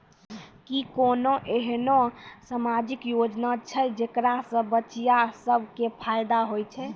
कि कोनो एहनो समाजिक योजना छै जेकरा से बचिया सभ के फायदा होय छै?